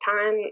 time